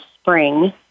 spring